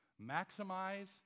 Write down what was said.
maximize